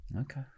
Okay